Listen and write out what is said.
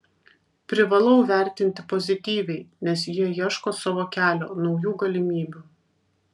privalau vertinti pozityviai nes jie ieško savo kelio naujų galimybių